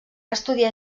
estudiar